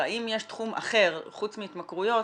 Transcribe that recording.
האם יש תחום אחר חוץ מהתמכרויות